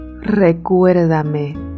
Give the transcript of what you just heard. Recuérdame